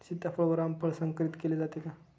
सीताफळ व रामफळ संकरित केले जाते का?